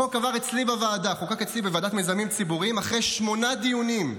החוק חוקק אצלי בוועדה למיזמים ציבוריים אחרי שמונה דיונים,